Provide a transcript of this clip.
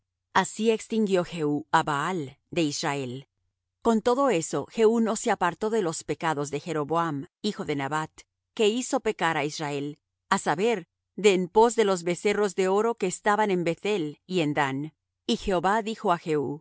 así extinguió jehú á baal de israel con todo eso jehú no se apartó de los pecados de jeroboam hijo de nabat que hizo pecar á israel á saber de en pos de los becerros de oro que estaban en beth-el y en dan y jehová dijo á